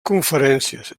conferències